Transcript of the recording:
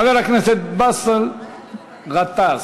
חבר הכנסת באסל גטאס.